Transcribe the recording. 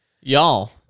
Y'all